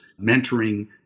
mentoring